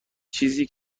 چیزی